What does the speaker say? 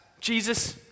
Jesus